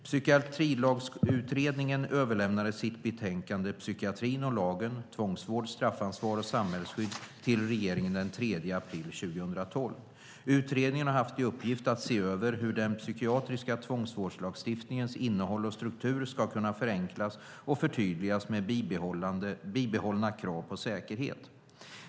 Psykiatrilagsutredningen överlämnade sitt betänkande Psykiatrin och lagen - tvångsvård, straffansvar och samhällsskydd till regeringen den 3 april 2012. Utredningen har haft i uppgift att se över hur den psykiatriska tvångsvårdslagstiftningens innehåll och struktur ska kunna förenklas och förtydligas med bibehållna krav på säkerhet.